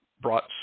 brought